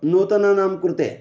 नूतनानां कृते